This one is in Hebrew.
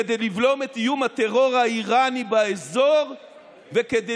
כדי לבלום את איום הטרור האיראני באזור וכדי